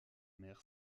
mer